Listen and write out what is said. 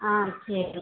ஆ சரி